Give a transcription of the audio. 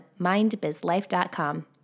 mindbizlife.com